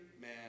man